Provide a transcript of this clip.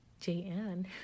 JN